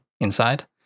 inside